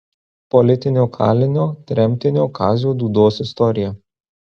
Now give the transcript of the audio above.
politinio kalinio tremtinio kazio dūdos istorija